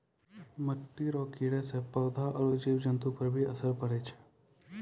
मिट्टी रो कीड़े से पौधा आरु जीव जन्तु पर भी असर पड़ै छै